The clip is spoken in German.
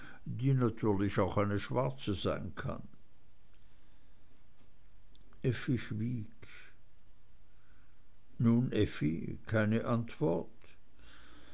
die natürlich auch eine schwarze sein kann effi schwieg nun effi keine antwort